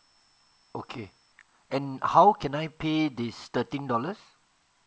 okay and how can I pay this thirteen dollars